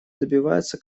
добивается